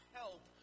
help